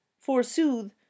forsooth